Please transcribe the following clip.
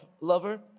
lover